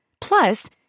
Plus